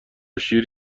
شیر